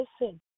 Listen